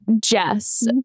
Jess